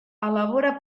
elabora